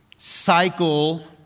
cycle